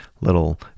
little